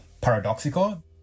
paradoxical